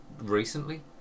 recently